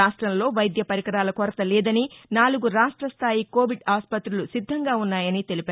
రాష్టంలో వైద్య పరికరాల కొరత లేదని నాలుగు రాష్టస్థాయి కోవిడ్ ఆస్పత్తులు సిద్దంగా ఉన్నాయని తెలిపారు